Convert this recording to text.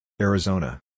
Arizona